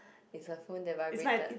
is her phone that vibrated